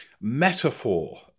metaphor